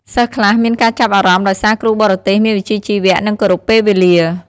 សិស្សខ្លះមានការចាប់អារម្មណ៍ដោយសារគ្រូបរទេសមានវិជ្ជាជីវៈ និងគោរពពេលវេលា។